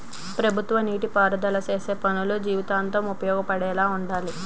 ప్రభుత్వ నీటి పారుదల సేసే పనులు జీవితాంతం ఉపయోగపడేలా వుండాలి